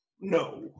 no